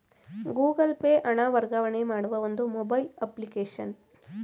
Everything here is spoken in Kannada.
ಗೂಗಲ್ ಪೇ ಹಣ ವರ್ಗಾವಣೆ ಮಾಡುವ ಒಂದು ಮೊಬೈಲ್ ಅಪ್ಲಿಕೇಶನ್